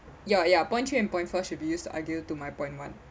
ya ya point three and point four should be used to argue to my point one